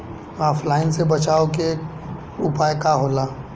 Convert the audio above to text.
ऑफलाइनसे बचाव के उपाय का होला?